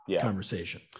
conversation